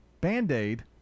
Band-Aid